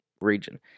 region